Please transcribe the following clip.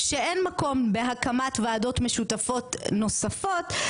שאין מקום בהקמת ועדות משותפות נוספות,